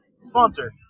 sponsor